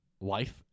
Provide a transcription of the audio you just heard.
life